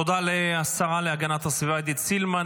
תודה לשרה להגנת הסביבה עידית סילמן.